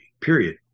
period